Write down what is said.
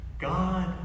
God